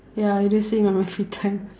ya I do sing on my free time